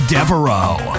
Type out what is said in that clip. Devereaux